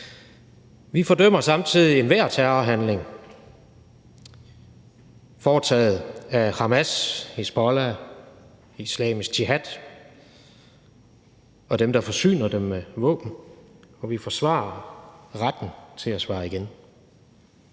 Vi fordømmer samtidig enhver terrorhandling foretaget af Hamas, Hizbollah og Islamisk Jihad og dem, der forsyner dem med våben, og vi forsvarer retten til at svare igen.